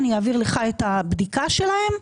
אני אעביר לך את הבדיקה שלהם,